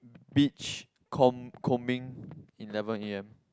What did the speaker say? beach comb~ combing eleven A_M